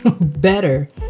better